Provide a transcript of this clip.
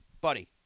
buddy